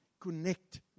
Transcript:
connect